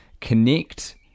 Connect